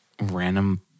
random